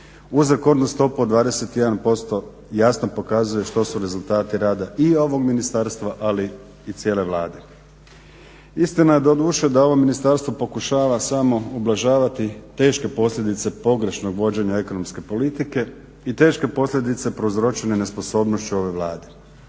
uz rekordnu stopu od 21% jasno pokazuje što su rezultati rada i ovog ministarstva, ali i cijele Vlade. Istina je doduše da ovo Ministarstvo pokušava samo ublažavati teške posljedice pogrešnog vođenja ekonomske politike i teške posljedice prouzročene nesposobnošću ove Vlade.